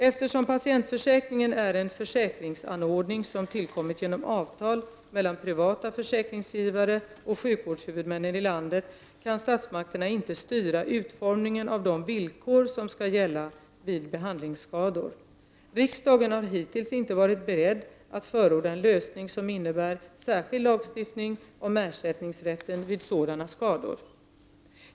Eftersom patientförsäkringen är en försäkringsanordning som tillkommit genom avtal mellan privata försäkringsgivare och sjukvårdshuvudmännen i landet kan statsmakterna inte styra utformningen av de villkor som skall gälla vid behandlingsskador. Riksdagen har hittills inte varit beredd att förorda en lösning som innebär särskild lagstiftning om ersättningsrätten vid sådana skador.